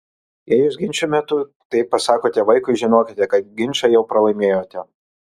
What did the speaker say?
jei jūs ginčo metu taip pasakote vaikui žinokite kad ginčą jau pralaimėjote